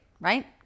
right